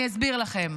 אני אסביר לכם: